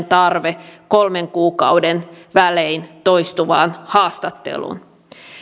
tarve kolmen kuukauden välein toistuvaan haastatteluun